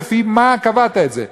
לפי מה קבעת את זה?